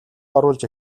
оруулж